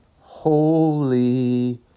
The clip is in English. Holy